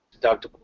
deductible